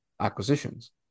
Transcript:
acquisitions